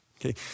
Okay